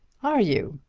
are you?